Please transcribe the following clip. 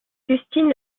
custine